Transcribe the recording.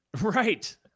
Right